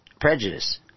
prejudice